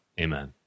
Amen